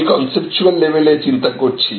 আমি কনসেপচুয়াল লেভেলে চিন্তা করছি